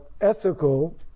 ethical